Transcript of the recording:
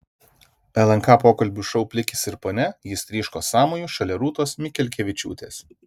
lnk pokalbių šou plikis ir ponia jis tryško sąmoju šalia rūtos mikelkevičiūtės